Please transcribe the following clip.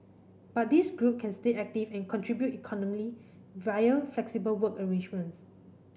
but this group can stay active and contribute economically via flexible work arrangements